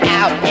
out